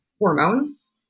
hormones